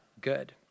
good